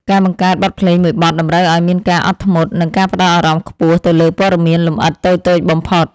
ការបង្កើតបទភ្លេងមួយបទតម្រូវឱ្យមានការអត់ធ្មត់ និង ការផ្ដោតអារម្មណ៍ខ្ពស់ទៅលើព័ត៌មានលម្អិតតូចៗបំផុត។